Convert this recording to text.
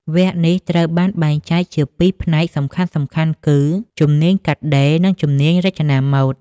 វគ្គនេះត្រូវបានបែងចែកជាពីរផ្នែកសំខាន់ៗគឺ ជំនាញកាត់ដេរ និងជំនាញរចនាម៉ូដ។